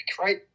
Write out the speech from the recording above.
right